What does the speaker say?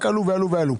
רק עלו ועלו ועלו.